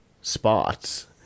spots